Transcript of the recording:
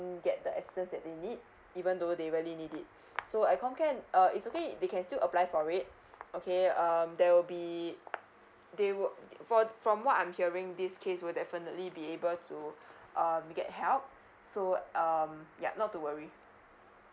get the assistant that they need even though they really need it so at com care uh it's okay they can still apply for it okay um there will be they will from from what I'm hearing this case will definitely be able to um get help so um yup not to worry